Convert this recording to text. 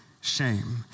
shame